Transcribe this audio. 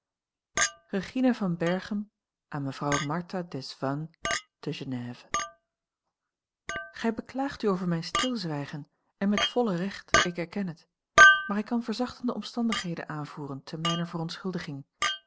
regina van berchem aan mevrouw martha desvannes te genève gij beklaagt u over mijn stilzwijgen en met volle recht ik erken het maar ik kan verzachtende omstandigheden aanvoeren te mijner verontschuldiging